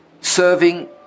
serving